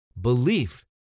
Belief